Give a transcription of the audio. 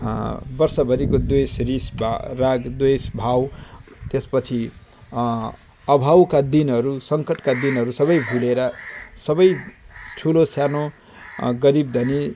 वर्षभरिको द्वेष रिस राग द्वेष भाव त्यस पछि अभावका दिनहरू सङ्कटका दिनहरू सबै भुलेर सबै ठुलो सानो गरिब धनी